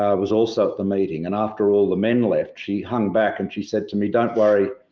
um was also at the meeting and after all the men left she hung back and she said to me, don't worry,